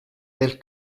del